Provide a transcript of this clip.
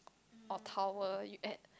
or tower you at